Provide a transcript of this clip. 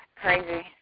crazy